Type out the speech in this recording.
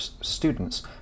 students